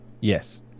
Yes